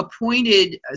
appointed